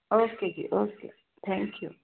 okay ji okay thank you